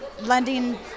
lending